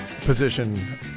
position